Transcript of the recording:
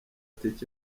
ticket